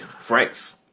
Franks